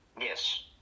Yes